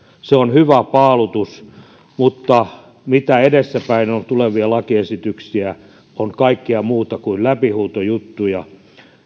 se on hyvä paalutus mutta mitä edessäpäin on tulevia lakiesityksiä ne ovat kaikkea muuta kuin läpihuutojuttuja